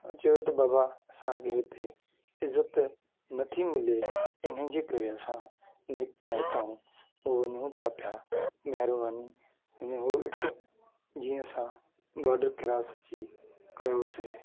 असां चयो त बाबा असांखे हिते इज़त नथी मिले इन जे करे असां निकिता हितां वञूं था पिया महिरबानी अने उहो हिकु जीअं असां बॉडर क्रॉस अची कयोसीं